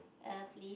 uh please